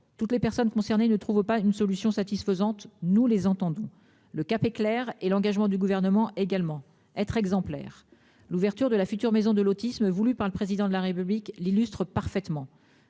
toutes les personnes concernées ne trouve pas une solution satisfaisante, nous les entendons le cap est clair et l'engagement du gouvernement également être exemplaire. L'ouverture de la future Maison de l'autisme, voulue par le président de la République l'illustre parfaitement